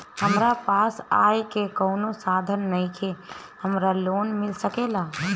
हमरा पास आय के कवनो साधन नईखे हमरा लोन मिल सकेला?